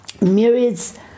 myriads